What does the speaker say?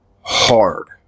hard